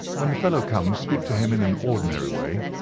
when the fellow comes speak to him in an ordinary way.